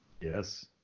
Yes